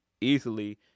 easily